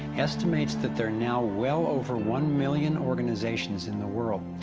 estimates that there are now well over one million organizations in the world,